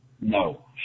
No